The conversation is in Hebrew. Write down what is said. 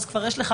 כבר יש לך